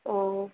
ओ